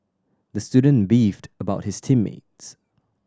the student beefed about his team mates